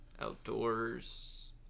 outdoors